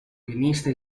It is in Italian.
pianista